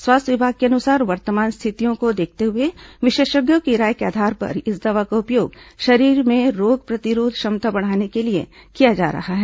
स्वास्थ्य विभाग के अनुसार वर्तमान स्थितियों को देखते हुए विशेषज्ञों की राय के आधार पर इस दवा का उपयोग शरीर में रोग प्रतिरोधक क्षमता बढ़ाने के लिए किया जा रहा है